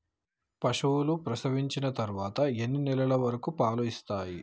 పశువులు ప్రసవించిన తర్వాత ఎన్ని నెలల వరకు పాలు ఇస్తాయి?